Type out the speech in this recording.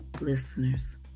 listeners